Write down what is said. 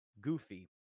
goofy